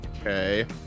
Okay